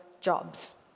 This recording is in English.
jobs